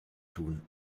tun